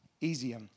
easier